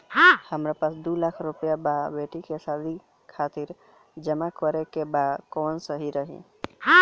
हमरा पास दू लाख रुपया बा बेटी के शादी खातिर जमा करे के बा कवन सही रही?